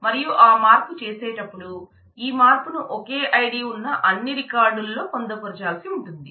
మరియు ఆ మార్పు చేసేటప్పుడు ఈ మార్పును ఒకే ID ఉన్న అన్ని రికార్డుల్లో పొందుపరచాల్సి ఉంటుంది